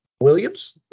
Williams